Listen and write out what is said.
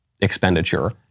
expenditure